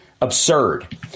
absurd